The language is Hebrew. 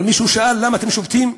אבל מישהו שאל: למה אתם שובתים?